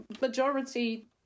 majority